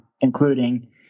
including